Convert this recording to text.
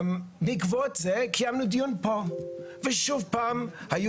בעקבות זה קיימנו דיון פה ושום פעם היו